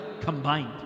combined